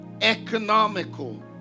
economical